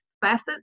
facets